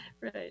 Right